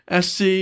SC